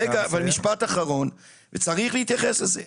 רגע, אבל משפט אחרון, צריך להתייחס לזה.